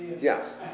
Yes